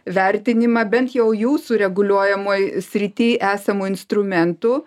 vertinimą bent jau jūsų reguliuojamoj srity esamų instrumentų